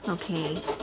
okay